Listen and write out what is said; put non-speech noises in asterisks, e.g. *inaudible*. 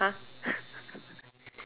!huh! *laughs*